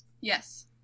Yes